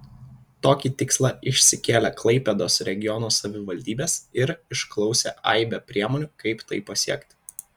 tokį tikslą išsikėlė klaipėdos regiono savivaldybės ir išklausė aibę priemonių kaip tai pasiekti